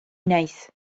naiz